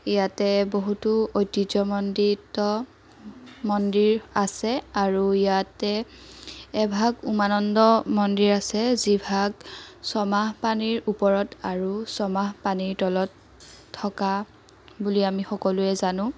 ইয়াতে বহুতো ঐতিহ্যমণ্ডিত মন্দিৰ আছে আৰু ইয়াতে এভাগ উমানন্দ মন্দিৰ আছে যিভাগ ছয়মাহ পানীৰ ওপৰত আৰু ছয়মাহ পানীৰ তলত থকা বুলি আমি সকলোৱে জানোঁ